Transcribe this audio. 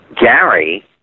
Gary